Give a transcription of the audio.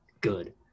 good